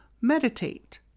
meditate